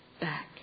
back